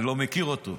אני לא מכיר אותו.